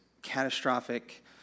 catastrophic